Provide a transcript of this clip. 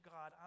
God